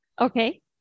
Okay